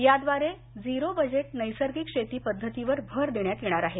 याद्वारे zero budget नैसर्गिक शेती पद्धतीवर भर देण्यात येणार आहे